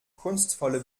kunstvolle